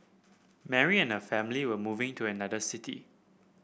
Mary and her family were moving to another city